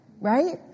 right